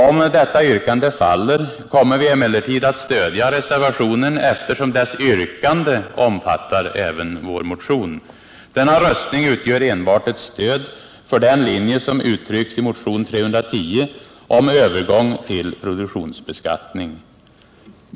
Om detta yrkande faller kommer vi emellertid att stödja reservationen, eftersom dess yrkande omfattar även vår motion. Denna röstning utgör enbart ett stöd för den linje som uttrycks i motion 310 om övergång till produktionsbeskattning.